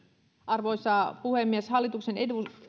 arvoisa puhemies hallituksen